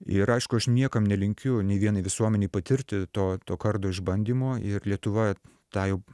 ir aišku aš niekam nelinkiu nė vienai visuomenei patirti to to kardo išbandymo ir lietuva tą jau